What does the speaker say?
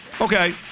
Okay